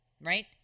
right